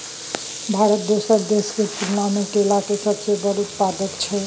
भारत दोसर देश के तुलना में केला के सबसे बड़ उत्पादक हय